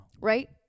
Right